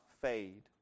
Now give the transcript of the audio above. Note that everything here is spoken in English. fade